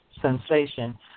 sensation